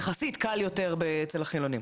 יחסית קל יותר אצל החילונים.